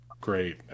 great